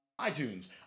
iTunes